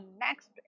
next